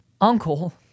uncle